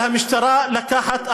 על המשטרה לקחת אחריות.